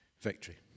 Victory